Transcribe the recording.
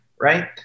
right